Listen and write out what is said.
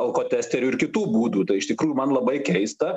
alkotesterių ir kitų būdų tai iš tikrųjų man labai keista